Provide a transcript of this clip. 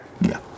yeah